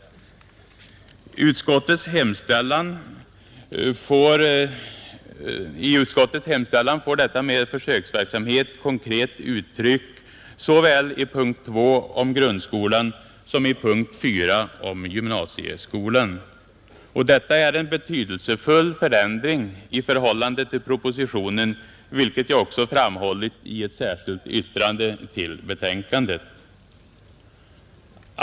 I utskottets hemställan får detta med försöksverksamhet konkret uttryck såväl i punkt 2 om grundskolan som i punkt 4 om gymnasieskolan, och det är en betydelsefull förändring i förhållande till propositionen, vilket jag också framhållit i ett särskilt yttrande till betänkandet.